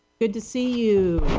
good to see you?